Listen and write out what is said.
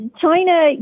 China